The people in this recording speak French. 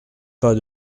pas